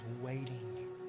waiting